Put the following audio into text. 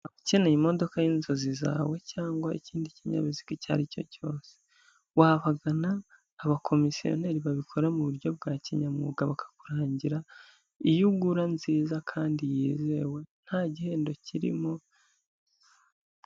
Ukeneye imodoka y'inzozi zawe cyangwa ikindi kinyabiziga icyo ari cyo cyose, wabagana abakomisiyoneri babikora mu buryo bwa kinyamwuga bakakurangira iyo ugura nziza kandi yizewe nta gihendo kirimo.